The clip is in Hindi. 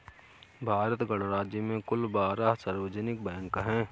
भारत गणराज्य में कुल बारह सार्वजनिक बैंक हैं